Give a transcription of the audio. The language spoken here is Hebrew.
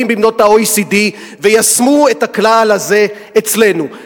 במדינות ה-OECD וישמו את הכלל הזה אצלנו,